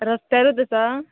रस्त्यारूच आसा